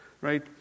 right